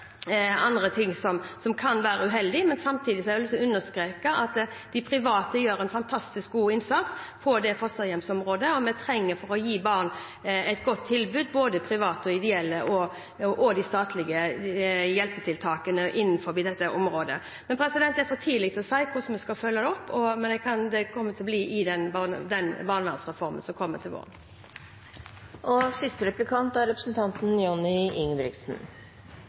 andre ting som kan være uheldig. Samtidig har jeg lyst til å understreke at de private gjør en fantastisk god innsats på fosterhjemsområdet. Vi trenger å gi barn et godt tilbud, både gjennom private, ideelle og de statlige hjelpetiltakene innenfor dette området. Det er for tidlig å si hvordan vi skal følge det opp, men det kommer i forbindelse med barnevernsreformen som kommer til våren. For de fleste barnefamilier er økonomien så stram at skjorta akkurat dekker «hekken». De kan knapt gå ned i lønn når de skal formere seg og